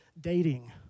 dating